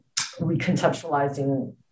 reconceptualizing